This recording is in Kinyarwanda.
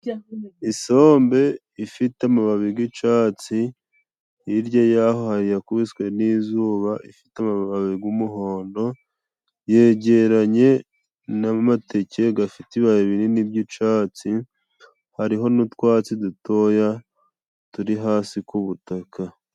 Isombe ifite amababi g'icatsi, hirya yaho hari iyakubiswe n'izuba ifite amababi g'umuhondo, yegeranye n'amateke gafite ibibabi binini by'icatsi. Hariho n'utwatsi dutoya turi hasi ku butaka.